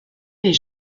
les